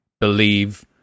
believe